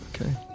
Okay